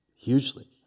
Hugely